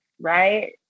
right